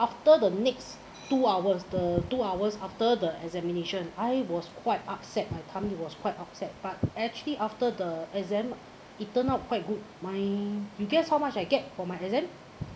after the next two hours the two hours after the examination I was quite upset my tummy was quite upset but actually after the exam it turned out quite good my you guess how much I get for my exam